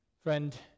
Friend